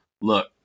Look